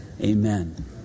Amen